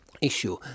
issue